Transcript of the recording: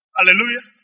Hallelujah